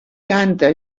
canta